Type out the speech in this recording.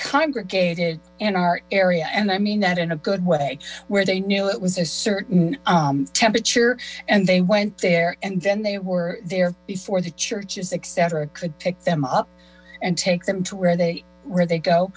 congregated in our area and i mean that in a good way where they knew it was a certain temperature and they went there and then they were there before the churches etc could pick them up and take them to where they where they go